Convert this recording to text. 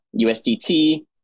USDT